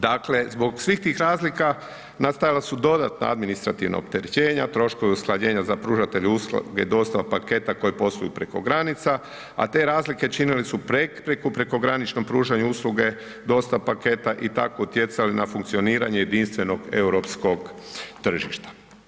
Dakle, zbog svih tih razlika nastajala su dodatna administrativna opterećenja, troškovi usklađenja za pružatelje usluga dostava paketa koji posluju preko granica, a te razlike činile su …/nerazumljivo/… u prekograničnom pružanju usluge dostava paketa i tako utjecale na funkcioniranje jedinstvenog europskog tržišta.